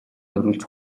зориулж